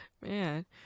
man